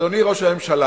אדוני ראש הממשלה,